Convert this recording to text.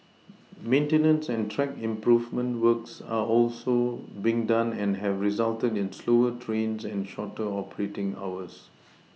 maintenance and track improvement works are also being done and have resulted in slower trains and shorter operating hours